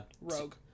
Rogue